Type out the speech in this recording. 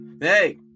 Hey